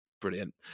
brilliant